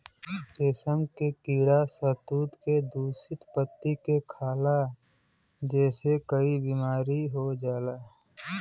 रेशम के कीड़ा शहतूत के दूषित पत्ती के खाला जेसे कई बीमारी हो जाला